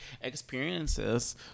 experiences